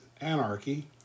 anarchy